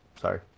sorry